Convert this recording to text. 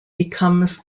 becomes